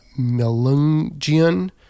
Melungian